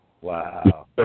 Wow